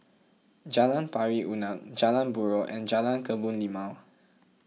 Jalan Pari Unak Jalan Buroh and Jalan Kebun Limau